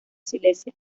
silesia